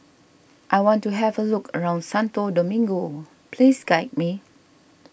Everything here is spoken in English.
I want to have a look around Santo Domingo please guide me